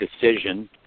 decision